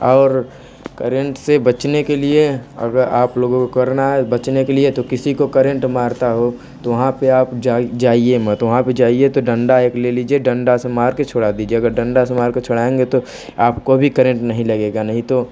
और करेंट से बचने के लिए अगर आप लोगों को करना है बचने के लिए तो किसी को करेंट मारता हो तो वहाँ पर आप जाइए मत वहाँ पर जाइए तो डंडा एक ले लीजिए डंडा से मार कर छुड़ा दीजिए अगर डंडा से मार कर छुड़ाएंगे तो आपको भी करेंट नहीं लगेगा नहीं तो